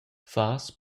fas